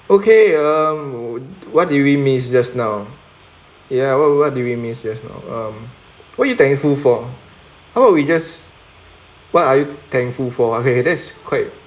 okay um what did we miss just now ya what what did we miss just now um who you thankful for how we just what are you thankful for okay that's quite